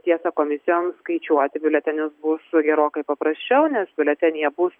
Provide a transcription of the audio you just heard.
tiesa komisijoms skaičiuoti biuletenius bus gerokai paprasčiau nes biuletenyje bus